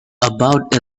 about